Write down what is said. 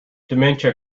dementia